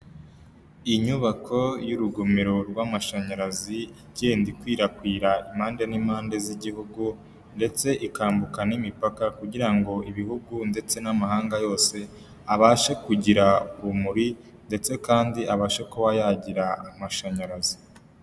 Inyubako y'urugomero rw'amashanyarazi igenda ikwirakwira impande n'impande z'igihugu ndetse ikambuka n'imipaka kugira ngo ibihugu ndetse n'amahanga yose abashe kugira urumuri ndetse kandi abashe kuba yagira amashanyarazi.